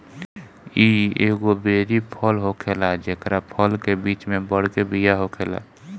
इ एगो बेरी फल होखेला जेकरा फल के बीच में बड़के बिया होखेला